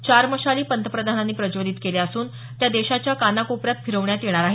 चार मशाली पंतप्रधानांनी प्रज्वलित केल्या असून त्या देशाच्या कानाकोपऱ्यात फिरवण्यात येणार आहेत